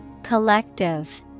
Collective